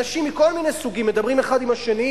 אנשים מכל מיני סוגים מדברים אחד עם השני,